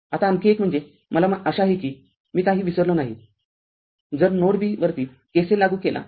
आताआणखी एक म्हणजे मला आशा आहे कि मी काही विसरलो नाही जर नोड b वरती KCL लागू केला